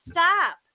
Stop